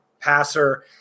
passer